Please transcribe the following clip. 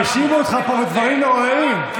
האשימו אותך פה בדברים נוראיים.